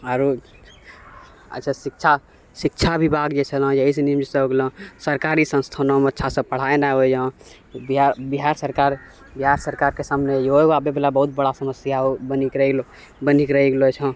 आओर अच्छा शिक्षा शिक्षा विभाग जे छलऽ एहिसँ सरकारी संस्थानोमे अच्छासँ पढ़ाइ नहि होइए बिहार सरकारके सामने इहो आबैवला बहुत बड़ा समस्या हो बनिके रहि गेलऽ बनिके रहि गेलऽ छऽ